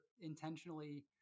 Intentionally